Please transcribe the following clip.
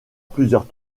plusieurs